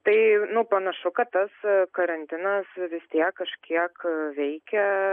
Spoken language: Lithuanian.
tai nu panašu kad tas karantinas vis tiek kažkiek veikia